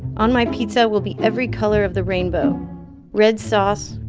on my pizza will be every color of the rainbow red sauce,